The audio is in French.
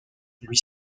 lui